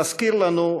להזכיר לנו,